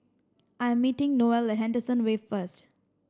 I'm meeting Noelle at Henderson Wave first